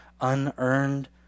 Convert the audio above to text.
Unearned